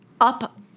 up